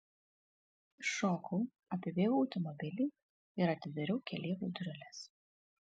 iššokau apibėgau automobilį ir atidariau keleivio dureles